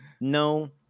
No